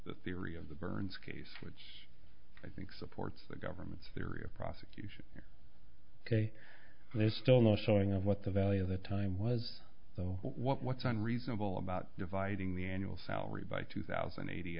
the theory of the burns case which i think supports the government's theory of prosecution ok there's still no showing of what the value of the time was so what's unreasonable about dividing the annual salary by two thousand and eighty